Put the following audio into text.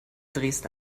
dresden